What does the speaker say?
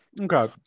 Okay